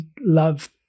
love